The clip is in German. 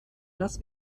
las